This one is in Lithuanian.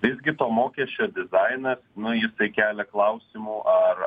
visgi to mokesčio dizainas nu jisai kelia klausimų ar